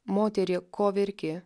moterie ko verki